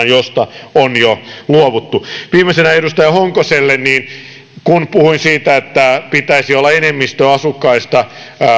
josta on jo luovuttu viimeisenä edustaja honkoselle kun puhuin siitä että pitäisi olla enemmistö asukkaista